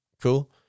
cool